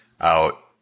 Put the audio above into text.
out